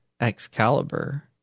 Excalibur